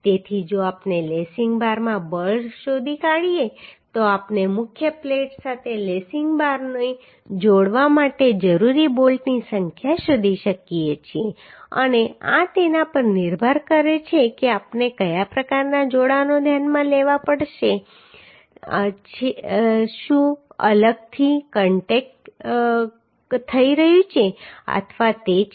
તેથી જો આપણે લેસિંગ બારમાં બળ શોધી કાઢીએ તો આપણે મુખ્ય પ્લેટ સાથે લેસિંગ બારને જોડવા માટે જરૂરી બોલ્ટની સંખ્યા શોધી શકીએ છીએ અને આ તેના પર નિર્ભર કરે છે કે આપણે કયા પ્રકારના જોડાણો ધ્યાનમાં લેવા જઈ રહ્યા છીએ કે શું તે અલગથી કનેક્ટ થઈ રહ્યું છે અથવા તે છે